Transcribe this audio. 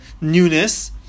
newness